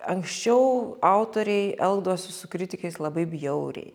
anksčiau autoriai elgdavosi su kritikais labai bjauriai